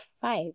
five